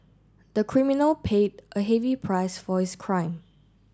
the criminal paid a heavy price for his crime